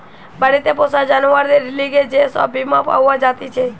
বাড়িতে পোষা জানোয়ারদের লিগে যে সব বীমা পাওয়া জাতিছে